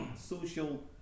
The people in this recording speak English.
social